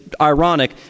ironic